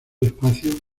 espacio